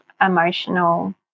emotional